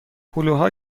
هلوها